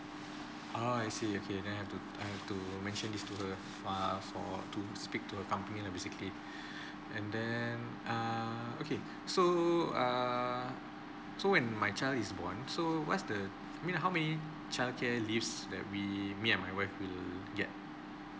oh I see okay then I have to I have to mention this to her err for to speak to her company lah basically and then err okay so err so when my child is born so what's the I mean how many childcare leaves that we me and my wife will get